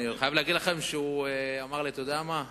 אני חייב להגיד לכם שהוא אמר לי: אתה יודע מה,